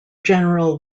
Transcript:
general